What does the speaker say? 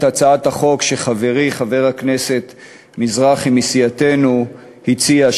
את הצעת החוק שחברי חבר הכנסת מזרחי מסיעתנו הציע,